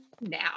now